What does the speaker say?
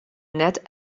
net